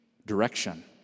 direction